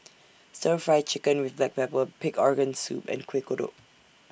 Stir Fry Chicken with Black Pepper Pig Organ Soup and Kuih Kodok